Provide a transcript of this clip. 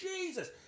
Jesus